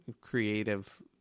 creative